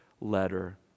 letter